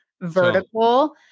vertical